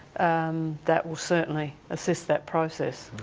um that will certainly assist that process.